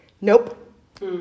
Nope